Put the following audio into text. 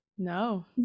No